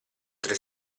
tre